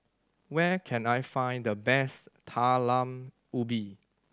where can I find the best Talam Ubi